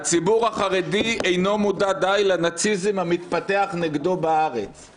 "הציבור החרדי אינו מודע די לנאציזם המתפתח נגדו בארץ";